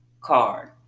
card